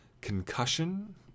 Concussion